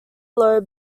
low